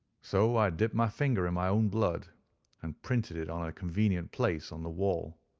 so i dipped my finger in my own blood and printed it on a convenient place on the wall.